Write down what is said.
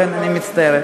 לכן, אני מצטערת.